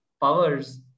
powers